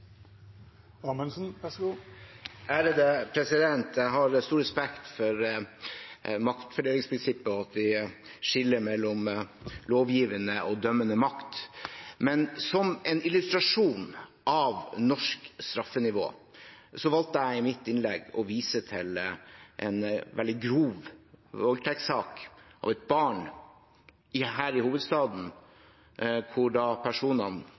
Jeg har stor respekt for maktfordelingsprinsippet og at vi skiller mellom lovgivende og dømmende makt. Men som en illustrasjon av norsk straffenivå valgte jeg i mitt innlegg å vise til en veldig grov voldtektssak av et barn her i hovedstaden, der personene